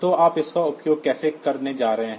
तो आप इसका उपयोग कैसे करने जा रहे हैं